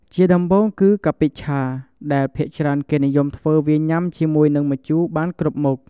ជាដំបូងគឺ កាពិឆា ដែលភាគច្រើនគេនិយមធ្វើវាញ៉ាំជាមួយនិងម្ជូរបានគ្រប់មុខ។